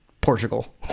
Portugal